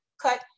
cut